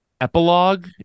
epilogue